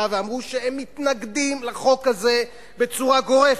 ואמרו שהם מתנגדים לחוק הזה בצורה גורפת.